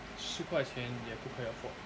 四块钱也不可以 afford